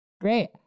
great